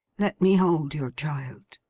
let me hold your child